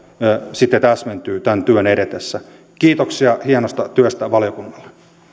sitten täsmentyvät tämän työn edetessä kiitoksia hienosta työstä valiokunnalle